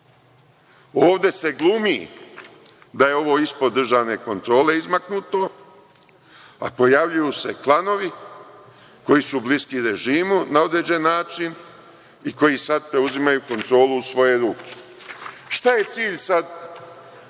Ovde se glumi da je ovo ispod državne kontrole izmaknuto, a pojavljuju se klanovi koji su bliski režimu na određen način i koji sada preuzimaju kontrolu u svoje ruke. Šta je cilj ovog